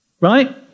Right